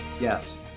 Yes